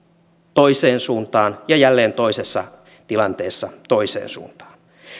toiseen suuntaan ja jälleen toisessa tilanteessa toiseen suuntaan